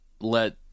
let